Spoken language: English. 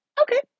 okay